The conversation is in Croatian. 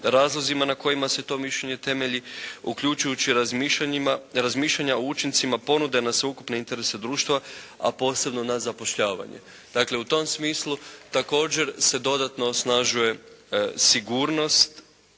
razlozima na kojima se to mišljenje temelji, uključujući razmišljanja o učincima ponude na sveukupne interese društava a posebno na zapošljavanje. Dakle, u tom smislu također se dodatno osnažuje sigurnost